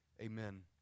Amen